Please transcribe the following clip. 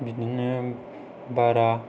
बिदिनो बारा